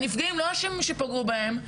הנפגעים לא אשמים שפגעו בהם,